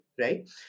right